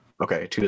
Okay